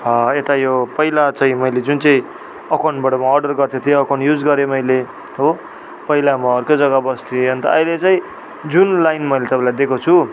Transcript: यता यो पहिला चाहिँ मैले जुन चाहिँ अकाउन्टबाट म अर्डर गर्दै थिएँ त्यो अकाउन्ट युज गरेँ मैले हो पहिला म अर्कै जगा बस्थेँ अन्त अहिले चाहिँ जुन लाइन मैले तपाईँलाई दिएको छु